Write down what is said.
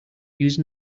use